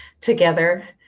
together